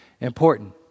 important